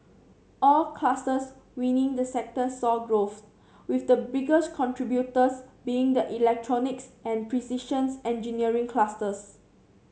all clusters within the sector saw growth with the biggest contributors being the electronics and precisions engineering clusters